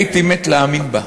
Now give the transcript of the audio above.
הייתי מת להאמין בה,